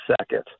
second